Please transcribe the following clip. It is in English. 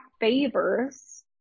favors